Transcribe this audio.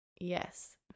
yes